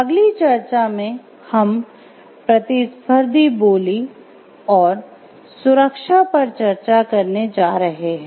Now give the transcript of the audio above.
अगली चर्चा में हम "प्रतिस्पर्धी बोली" पर चर्चा करने जा रहे हैं